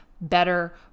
better